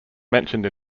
mentioned